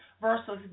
versus